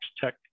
tech